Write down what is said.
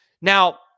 Now